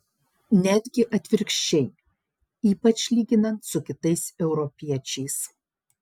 netgi atvirkščiai ypač lyginant su kitais europiečiais